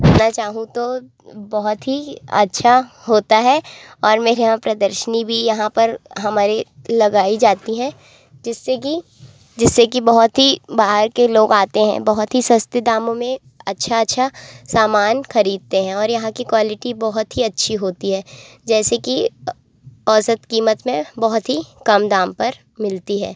बताना चाहूँ तो बहुत ही अच्छा होता है और मेरे यहाँ प्रदर्शनी भी यहाँ पर हमारे लगाई जाती हैं जिससे कि जिससे कि बहुत ही बाहर के लोग आते हैं बहुत ही सस्ते दामों में अच्छा अच्छा सामान खरीदते हैं और यहाँ की क्वालिटी बहुत ही अच्छी होती है जैसे कि औसत कीमत में बहुत ही कम दाम पर मिलती है